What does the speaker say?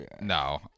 No